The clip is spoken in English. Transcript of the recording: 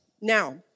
Now